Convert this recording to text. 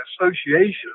association